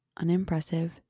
unimpressive